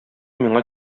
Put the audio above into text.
миңа